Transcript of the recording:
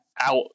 out